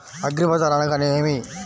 అగ్రిబజార్ అనగా నేమి?